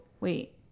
wait